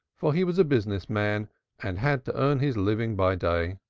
for he was a business man and had to earn his living by day.